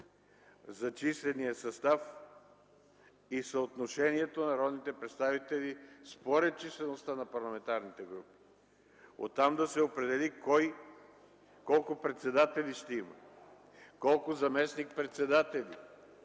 за числения състав и съотношението на народните представители според числеността на парламентарните групи. Оттам да се определи кой колко председатели ще има, колко заместник-председатели,